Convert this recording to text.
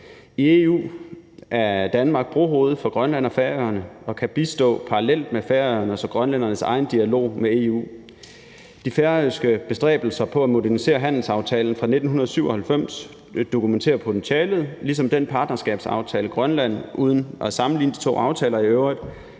I EU er Danmark brohoved for Grønland og Færøerne og kan bistå parallelt med færingernes og grønlændernes egen dialog med EU. De færøske bestræbelser på at modernisere handelsaftalen fra 1997 dokumenterer potentialet, ligesom den partnerskabsaftale, Grønland uden i øvrigt at sammenligne de to aftaler har